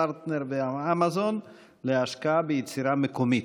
פרטנר ואמזון להשקעה ביצירה מקומית.